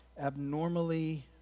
abnormally